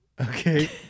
okay